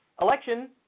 election